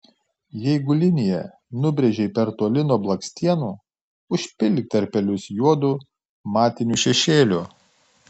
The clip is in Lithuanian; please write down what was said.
jeigu liniją nubrėžei per toli nuo blakstienų užpildyk tarpelius juodu matiniu šešėliu